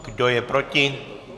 Kdo je proti?